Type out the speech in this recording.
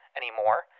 anymore